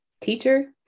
teacher